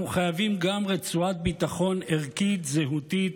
אנחנו חייבים גם רצועת ביטחון ערכית-זהותית